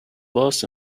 busts